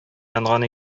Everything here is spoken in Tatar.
янган